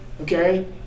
okay